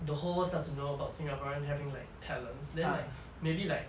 the whole world starts to know about singaporeans having like talents then like maybe like